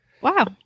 Wow